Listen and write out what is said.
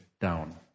down